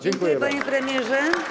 Dziękuję, panie premierze.